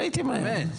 ראיתי מה היא אמרה.